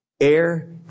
air